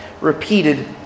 Repeated